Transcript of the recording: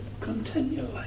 continually